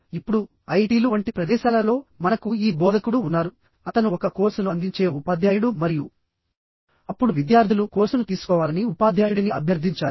ఇప్పుడు ఐఐటీలు వంటి ప్రదేశాలలో మనకు ఈ బోధకుడు ఉన్నారు అతను ఒక కోర్సును అందించే ఉపాధ్యాయుడు మరియు అప్పుడు విద్యార్థులు కోర్సును తీసుకోవాలని ఉపాధ్యాయుడిని అభ్యర్థించాలి